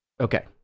Okay